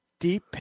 deep